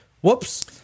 Whoops